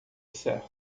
certo